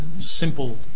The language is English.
simple